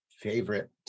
favorite